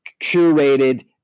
curated